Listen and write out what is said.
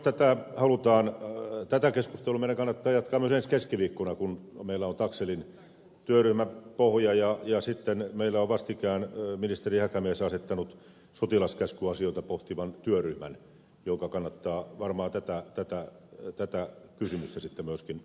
tätä keskustelua meidän kannattaa jatkaa myös ensi keskiviikkona kun meillä on taxellin työryhmäpohja ja sitten meillä on vastikään ministeri häkämies asettanut sotilaskäskyasioita pohtivan työryhmän jonka kannattaa varmaan tätä kysymystä sitten myöskin pohtia